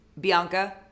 Bianca